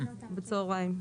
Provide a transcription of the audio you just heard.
בצוהריים.